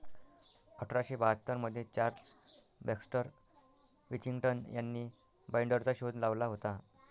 अठरा शे बाहत्तर मध्ये चार्ल्स बॅक्स्टर विथिंग्टन यांनी बाईंडरचा शोध लावला होता